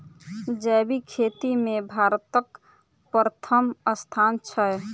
जैबिक खेती मे भारतक परथम स्थान छै